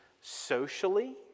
socially